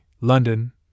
London